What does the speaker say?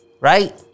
Right